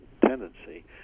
tendency